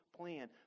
plan